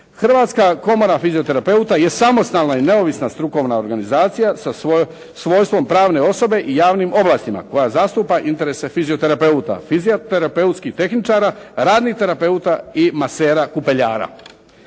Hrvatska komora fizioterapeuta je samostalna i neovisna strukovna organizacija sa svojstvom pravne osobe i javnim ovlastima koja zastupa interese fizioterapeuta, fizioterapeutskih tehničara, radnih terapeuta i masera kupeljara.